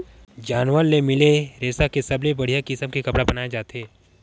जानवर ले मिले रेसा के सबले बड़िया किसम के कपड़ा बनाए जाथे